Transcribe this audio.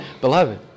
Beloved